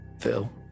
Phil